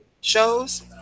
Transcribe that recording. shows